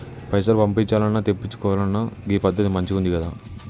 పైసలు పంపించాల్నన్నా, తెప్పిచ్చుకోవాలన్నా గీ పద్దతి మంచిగుందికదా